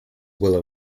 willow